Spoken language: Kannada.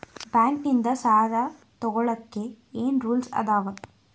ಬ್ಯಾಂಕ್ ನಿಂದ್ ಸಾಲ ತೊಗೋಳಕ್ಕೆ ಏನ್ ರೂಲ್ಸ್ ಅದಾವ?